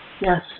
Yes